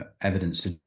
evidence